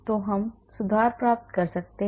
तो हम सुधार प्राप्त कर सकते हैं